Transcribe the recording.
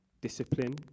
discipline